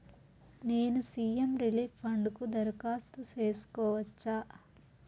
నేను CM relief fund కు దరఖాస్తు సేసుకోవచ్చా?